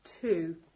Two